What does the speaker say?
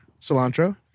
cilantro